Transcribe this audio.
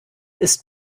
ist